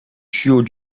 tuyau